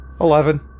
Eleven